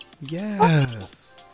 Yes